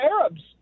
Arabs